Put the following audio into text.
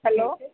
hello